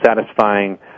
satisfying